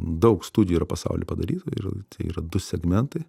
daug studijų yra pasauly padaryta ir tai yra du segmentai